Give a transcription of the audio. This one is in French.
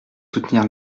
soutenir